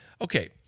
Okay